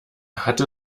hatte